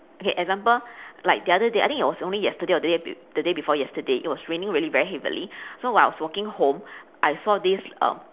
okay example like the other day I think it was only yesterday or the day the day before yesterday it was raining really very heavily so while I was walking home I saw this err